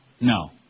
No